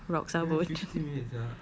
whatever rock sabun